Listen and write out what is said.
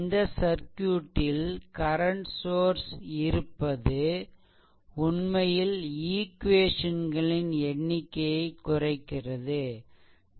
இந்த சர்க்யூட்டில் கரண்ட் சோர்ஸ்இருப்பது உண்மையில் ஈக்வேசன்களின் எண்ணிக்கையைக் குறைக்கிறது